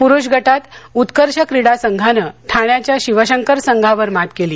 प्रुष गटात उत्कर्ष क्रीडा संघानं ठाण्याच्या शिवशंकर संघावर मात केली